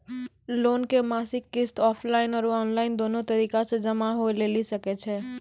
Loan के मासिक किस्त ऑफलाइन और ऑनलाइन दोनो तरीका से जमा होय लेली सकै छै?